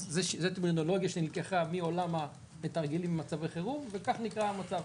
זו הטרמינולוגיה שנלקחה מעולם המתרגלים במצבי חירום וכך נקרא המצב,